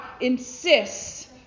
insists